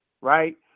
right